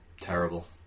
terrible